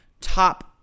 top